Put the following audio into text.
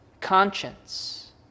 conscience